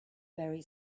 very